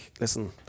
listen